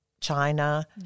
China